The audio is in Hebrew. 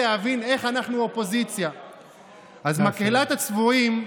להגיד על הציונות.